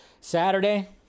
Saturday